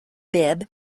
bib